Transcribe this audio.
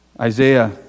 Isaiah